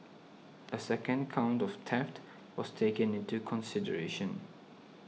a second count of theft was taken into consideration